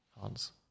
Hans